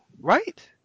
right